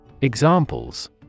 Examples